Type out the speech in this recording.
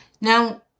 Now